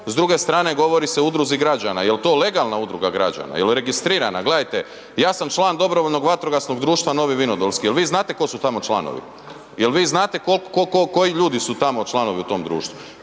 S druge strane, govori se o Udruzi građana, je li to legalna udruga građana, je li registrirana? Gledajte, ja sam član Dobrovoljnog vatrogasnog društva Novi Vinodolski. Je li vi znate tko su tamo članovi? Je li vi znate koliko, tko, koji ljudi su tamo članovi u tom društvu?